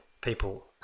people